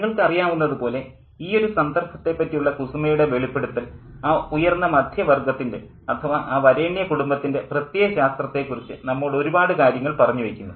നിങ്ങൾക്കറിയാവുന്നതു പോലെ ഈയൊരു സന്ദർഭത്തെപ്പറ്റിയുള്ള കുസുമയുടെ വെളിപ്പെടുത്തൽ ആ ഉയർന്ന മദ്ധ്യവർഗത്തിൻ്റെ അഥവാ ആ വരേണ്യ കുടുംബത്തിൻ്റെ പ്രത്യയശാസ്ത്രത്തെക്കുറിച്ച് നമ്മോട് ഒരുപാട് കാര്യങ്ങൾ പറഞ്ഞു വയ്ക്കുന്നു